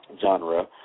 genre